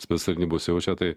spec tarnybos siaučia tai